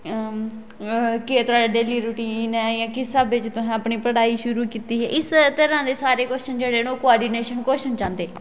केह् थुआढ़ी daily routine ऐ जां किस स्हावे च तुसें अपनी पढ़ाई शुरु की़ती ही इसे तरह दे सारे कोशन जेहडे़ ना ओह् कोआडीनेशन कोशन चाहंदे